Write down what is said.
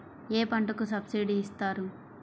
ఏ పంటకు సబ్సిడీ ఇస్తారు?